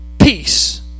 peace